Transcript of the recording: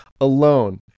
alone